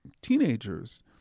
teenagers